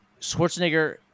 Schwarzenegger